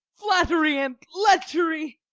flattery and lechery.